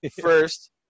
first